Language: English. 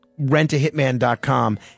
rentahitman.com